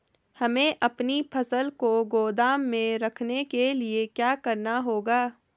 हमें अपनी फसल को गोदाम में रखने के लिये क्या करना होगा?